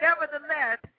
nevertheless